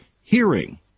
hearing